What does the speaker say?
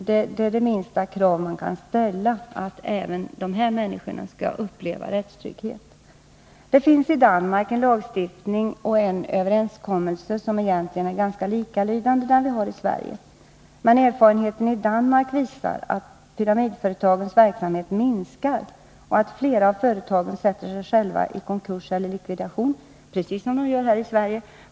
Det är det minsta krav man kan ställa, att även dessa människor får uppleva rättstrygghet. Det finns i Danmark en lagstiftning och en överenskommelse som egentligen är ganska likalydande dem vi har i Sverige, men erfarenheten i Danmark visar att pyramidföretagens verksamhet minskar och att flera av företagen sätter sig själva i konkurs eller likvidation, precis som de gör här i Sverige.